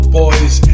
boys